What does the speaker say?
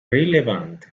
rilevanti